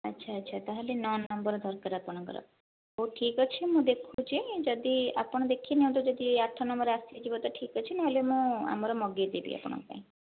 ଆଛା ଆଛା ତାହେଲେ ନଅ ନମ୍ବର ଦରକାର ଆପଣଙ୍କର ହଉ ଠିକ୍ ଅଛି ମୁଁ ଦେଖୁଛି ଯଦି ଆପଣ ଦେଖିନିଅନ୍ତୁ ଯଦି ଆଠ ନମ୍ବର ଆସିଯିବ ତ ଠିକ୍ ଅଛି ନହେଲେ ମୁଁ ଆମର ମଗାଇଦେବି ଆପଣଙ୍କ ପାଇଁ